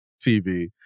TV